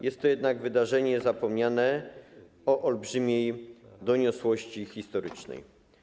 Jest to jednak wydarzenie zapomniane o olbrzymiej doniosłości historycznej.